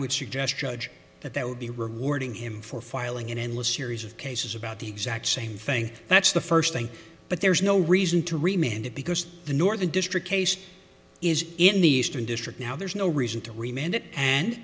would suggest judge that that would be rewarding him for filing an endless series of cases about the exact same thing that's the first thing but there's no reason to remain in the because the northern district case is in the eastern district now there's no reason to remain that and